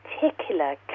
particular